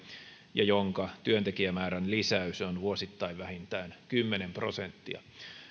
ja jonka työntekijämäärän lisäys on vuosittain vähintään kymmenen prosenttia